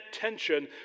tension